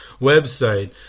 website